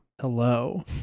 Hello